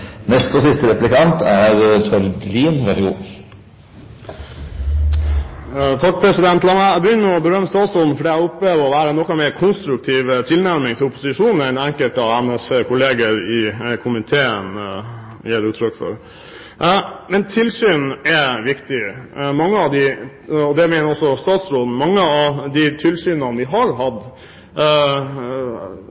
La meg begynne med å berømme statsråden for det som jeg opplever å være en noe mer konstruktiv tilnærming til opposisjonen enn den enkelte av hennes kolleger i komiteen har. Tilsyn er viktig. Det mener også statsråden. Mange av de tilsynene vi har